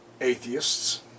atheists